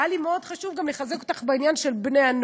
והיה לי מאוד חשוב גם לחזק אותך בעניין של בני-הנוער.